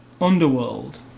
Underworld